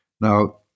Now